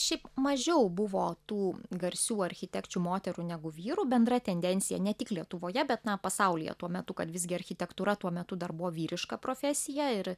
šiaip mažiau buvo tų garsių architekčių moterų negu vyrų bendra tendencija ne tik lietuvoje bet na pasaulyje tuo metu kad visgi architektūra tuo metu dar buvo vyriška profesija ir